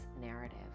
narrative